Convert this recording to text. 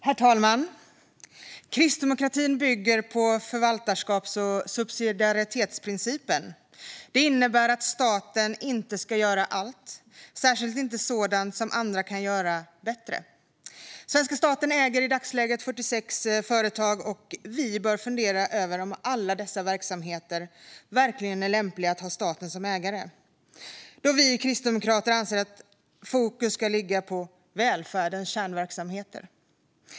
Herr talman! Kristdemokratin bygger på förvaltarskaps och subsidiaritetsprincipen. Det innebär att staten inte ska göra allt, särskilt inte sådant som andra kan göra bättre. Svenska staten äger i dagsläget 46 företag. Vi bör fundera över om alla dessa verksamheter verkligen är lämpliga för att ha staten som ägare, då vi kristdemokrater anser att fokus ska ligga på välfärdens kärnverksamheter.